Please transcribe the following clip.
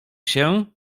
się